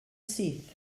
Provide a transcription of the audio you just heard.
syth